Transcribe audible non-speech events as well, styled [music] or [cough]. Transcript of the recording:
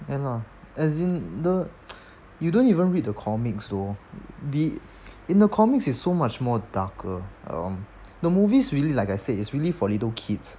ya lah as in the [noise] you don't even read the comics though the in the comics is so much more darker the movies really like I said is really for little kids